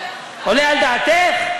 עולה על דעתך?